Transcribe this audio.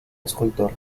escultor